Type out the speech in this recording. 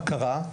בקרה.